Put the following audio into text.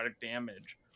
damage